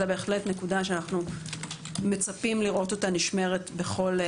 זה בהחלט נקודה שאנחנו מצפים לראות אותה נשמרת בכל שנה.